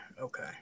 okay